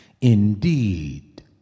Indeed